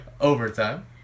Overtime